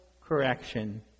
correction